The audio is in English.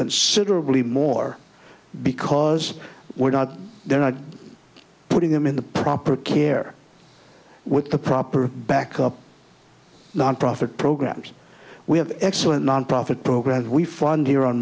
considerably more because we're not there not putting them in the proper care with the proper backup nonprofit programs we have excellent nonprofit programs we fund here on